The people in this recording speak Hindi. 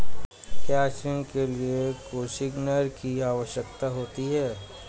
क्या ऋण के लिए कोसिग्नर की आवश्यकता होती है?